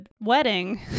wedding